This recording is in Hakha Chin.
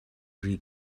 rih